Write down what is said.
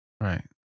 Right